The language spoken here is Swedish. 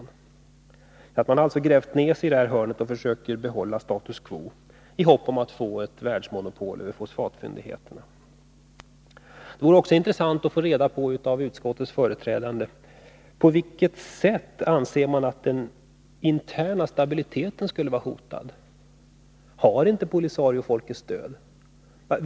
Den marockanska armén har alltså grävt ner sig i detta hörn för att försöka behålla status quo, i hopp om att få ett världsmonopol på fosfatfyndigheterna. Det vore också intressant att av utskottets företrädare få veta på vilket sätt den interna stabiliteten skulle vara hotad. Har inte POLISARIO folkets stöd?